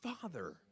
father